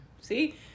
See